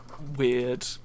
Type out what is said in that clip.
weird